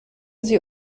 sie